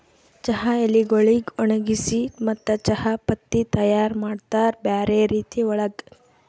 ಚಹಾ ಎಲಿಗೊಳಿಗ್ ಒಣಗಿಸಿ ಮತ್ತ ಚಹಾ ಪತ್ತಿ ತೈಯಾರ್ ಮಾಡ್ತಾರ್ ಬ್ಯಾರೆ ರೀತಿ ಒಳಗ್